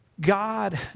God